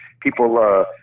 people